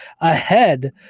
ahead